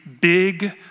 big